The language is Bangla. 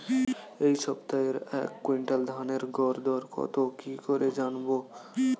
এই সপ্তাহের এক কুইন্টাল ধানের গর দর কত কি করে জানবো?